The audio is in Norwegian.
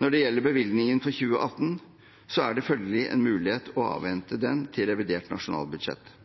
Når det gjelder bevilgningen for 2018, er det følgelig en mulighet å avvente den til revidert nasjonalbudsjett.